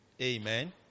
amen